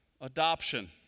Adoption